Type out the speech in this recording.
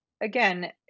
again